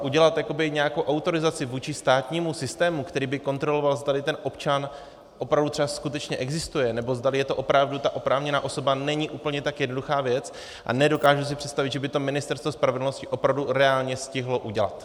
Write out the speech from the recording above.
Udělat jakoby nějakou autorizaci vůči státnímu systému, který by kontroloval, zda ten občan skutečně existuje nebo zdali je to opravdu ta oprávněná osoba, není úplně tak jednoduchá věc a nedokážu si představit, že by to Ministerstvo spravedlnosti opravdu reálně stihlo udělat.